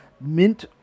Mint